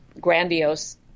grandiose